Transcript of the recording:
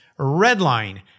Redline